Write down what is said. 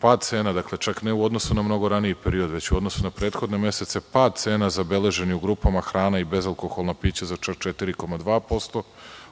pad cena, čak ne u odnosu na mnogo raniji period, već u odnosu na prethodni mesec, zabeležen je u grupama hrane i bezalkoholnih pića za čak 4,2%,